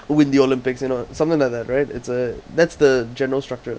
win the olympics and all something like that right it's a that's the general structure